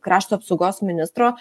krašto apsaugos ministro